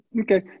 Okay